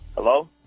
Hello